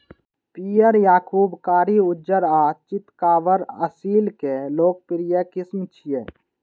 पीयर, याकूब, कारी, उज्जर आ चितकाबर असील के लोकप्रिय किस्म छियै